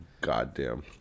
goddamn